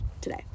today